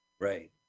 Right